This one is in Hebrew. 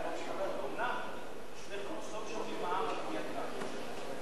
האומנם תושבי חוץ לא משלמים מע"מ,